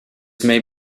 may